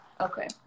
okay